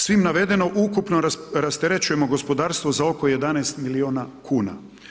Svim navedeno, ukupno rasterećujemo gospodarstva za oko 11 milijuna kuna.